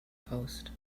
post